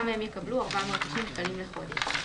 גם הם יקבלו 490 שקלים לחודש".